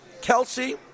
Kelsey